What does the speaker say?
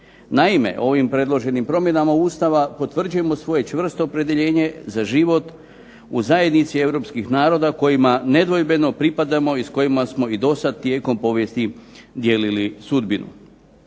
Naime, ovim predloženim promjenama Ustava potvrđujemo svoje čvrsto opredjeljenje za život u zajednici europskih naroda kojima nedvojbeno pripadamo i s kojima smo i dosad tijekom povijesti dijelili sudbinu.